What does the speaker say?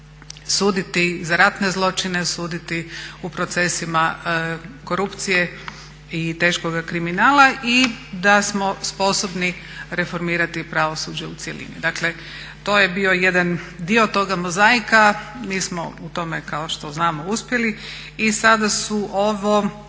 suditi za ratne zločine, suditi u procesima korupcije i teškoga kriminala i da smo sposobni reformirati pravosuđe u cjelini. Dakle to je bio jedan dio toga mozaika, mi smo u tome kao što znamo uspjeli i sada su ovo